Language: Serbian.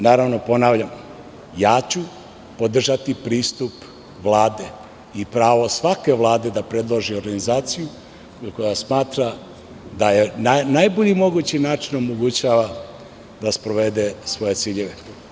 Naravno, ponavljam ja ću podržati pristup Vlade i pravo svake Vlade da predloži organizaciju koja smatra da najboljim mogućim načinom omogućava da sprovede svoje ciljeve.